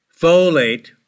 folate